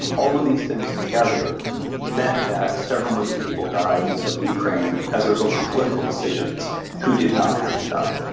all of these things together meant that several million people died in soviet ukraine as a result of political decisions who did not have to die.